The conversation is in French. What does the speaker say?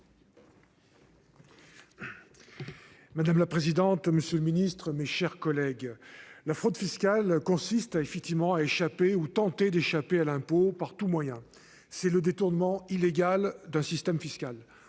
Madame la présidente. Monsieur le Ministre, mes chers collègues. La fraude fiscale consiste à effectivement à échapper ou tenter d'échapper à l'impôt par tout moyen, c'est le détournement illégal d'un système fiscal,